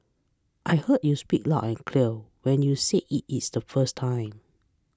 I heard speak you loud and clear when you said it is the first time